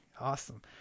awesome